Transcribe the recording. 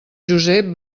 josep